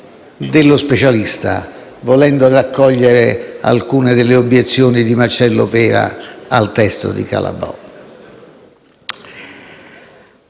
dello specialista, volendo raccogliere alcune delle obiezioni di Marcello Pera al testo di Calabrò.